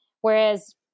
Whereas